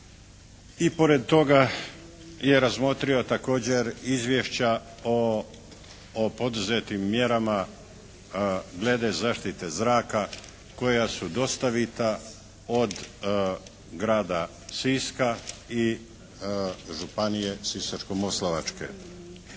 i pored toga je razmotrio također izvješća o poduzetim mjerama glede zaštite zraka koja su dostavita od Grada Siska i županije Sisačko-moslavačke.